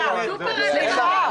סליחה, סליחה.